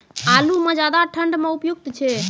आलू म ज्यादा ठंड म उपयुक्त छै?